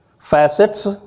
facets